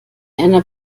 einer